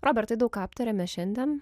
robertai daug ką aptarėm mes šiandien